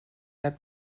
ряд